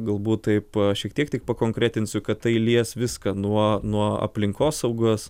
galbūt taip šiek tiek tik pakonkretinsiu kad tai lies viską nuo nuo aplinkosaugos